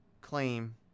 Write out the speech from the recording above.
claim